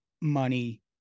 money